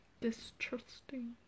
Distrusting